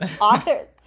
author